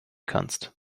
kannst